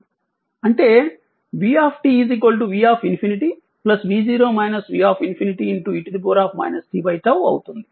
అంటే v V∞ v0 V∞ e t 𝜏 అవుతుంది